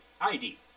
ID